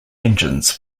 engines